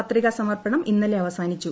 പത്രിക സമർപ്പണിർ ഇന്നലെ അവസാനിച്ചു